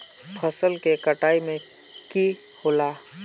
फसल के कटाई में की होला?